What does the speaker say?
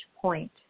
point